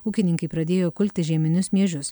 ūkininkai pradėjo kulti žieminius miežius